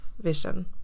vision